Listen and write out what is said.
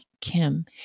Kim